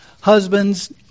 husbands